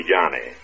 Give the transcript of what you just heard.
Johnny